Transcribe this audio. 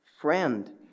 friend